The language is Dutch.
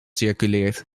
circuleert